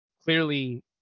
clearly